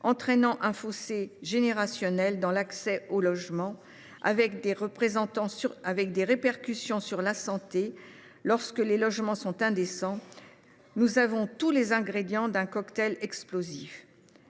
entraînant un fossé générationnel dans l’accès au logement, avec des répercussions sur la santé, lorsque les logements sont indécents, tous les ingrédients d’un cocktail explosif